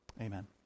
amen